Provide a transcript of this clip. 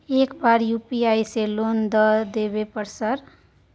एक बार यु.पी.आई से लोन द देवे सर?